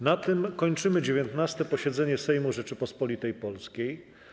Na tym kończymy 19. posiedzenie Sejmu Rzeczypospolitej Polskiej.